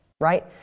right